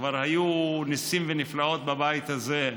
שכבר היו ניסים ונפלאות בבית הזה,